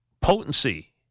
potency